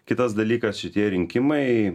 kitas dalykas šitie rinkimai